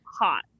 hot